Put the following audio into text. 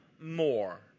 more